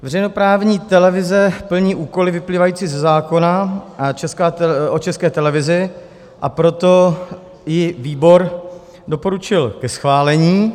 Veřejnoprávní televize plní úkoly vyplývající ze zákona o České televizi, a proto ji výbor doporučil ke schválení.